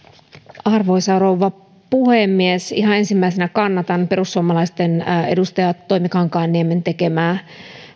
arvoisa rouva puhemies ihan ensimmäisenä kannatan perussuomalaisten edustaja toimi kankaanniemen tekemää